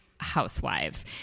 Housewives